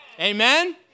Amen